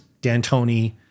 D'Antoni